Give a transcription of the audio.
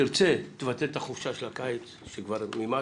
תרצה תבטל את החופשה של הקיץ שכבר מימשת,